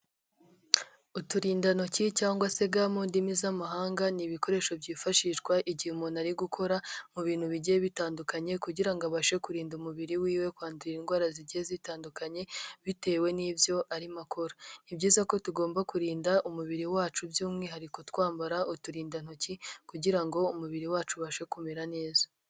Uturindantoki cyangwa se ga mu ndimi z'amahanga, ni ibikoresho byifashishwa igihe umuntu ari gukora mu bintu bigiye bitandukanye kugira ngo abashe kurinda umubiri wiwe kwandura indwara zigiye zitandukanye bitewe n'ibyo arimo akora, ni byiza ko tugomba kurinda umubiri wacu by'umwihariko twambara uturindantoki kugira ngo umubiri wacu ubashe kumera neza.